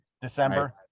december